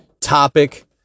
topic